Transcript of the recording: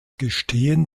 gestehen